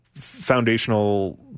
foundational